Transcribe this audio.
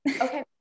okay